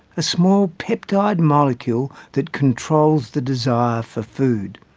a small peptide molecule that controls the desire for food.